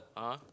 (uh huh)